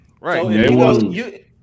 right